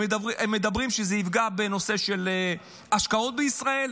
הם מדברים שזה יפגע בנושא של השקעות בישראל.